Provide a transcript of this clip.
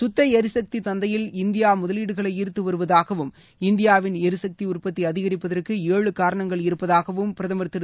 குத்தளரிசக்திசந்தையில் இந்தியாமுதலீடுகளைஈர்த்துவருவதாகவும் இந்தியாவின் எரிசக்திஉற்பத்திஅதிகரிப்பதற்கு ஏழு காரணங்கள் இருப்பதாகபிரதமர் திரு